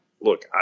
Look